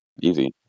Easy